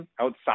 outside